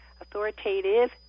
Authoritative